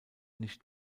nicht